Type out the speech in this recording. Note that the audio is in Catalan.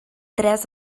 tres